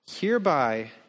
Hereby